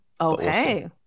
Okay